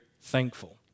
thankful